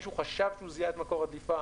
מישהו חשב שהוא זיהה את מקור הדליפה,